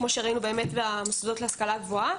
כמו שראינו באמת במוסדות להשכלה גבוהה.